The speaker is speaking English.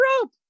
rope